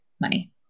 money